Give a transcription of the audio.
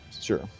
Sure